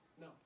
no